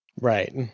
right